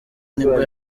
nibwo